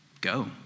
Go